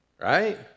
right